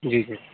जी जी